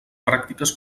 pràctiques